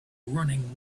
running